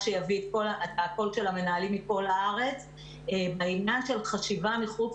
יביא את הקול של המנהלים מכל הארץ בעניין של חשיבה מחוץ